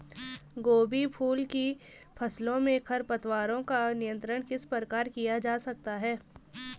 गोभी फूल की फसलों में खरपतवारों का नियंत्रण किस प्रकार किया जा सकता है?